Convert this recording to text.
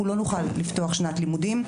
נוכל לפתוח את שנת הלימודים ב-1 בספטמבר.